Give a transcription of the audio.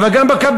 אבל גם בקבלנים.